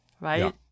right